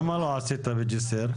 למה לא עשית בג'סר?